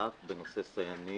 השב"כ בנושא סייענים